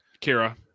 Kira